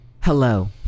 hello